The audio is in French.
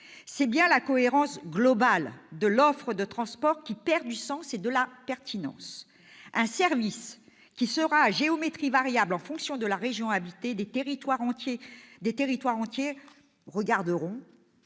c'est bien la cohérence globale de l'offre de transport qui perd du sens et de la pertinence. Avec un service qui sera à géométrie variable en fonction de la région habitée, des territoires entiers regarderont